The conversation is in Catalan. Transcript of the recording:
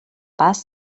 pas